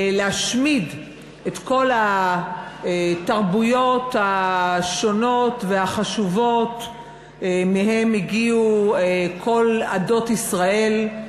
להשמיד את כל התרבויות השונות והחשובות שמהן הגיעו כל עדות ישראל,